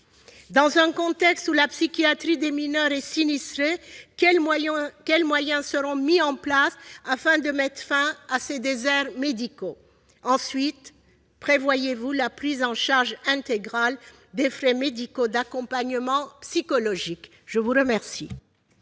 dans un contexte où la psychiatrie des mineurs est sinistrée, quels moyens seront mis en place afin de mettre fin à ces déserts médicaux ? Enfin, prévoyez-vous la prise en charge intégrale des frais médicaux d'accompagnement psychologique ? La parole